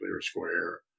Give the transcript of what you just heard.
square